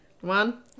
One